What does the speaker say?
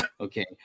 Okay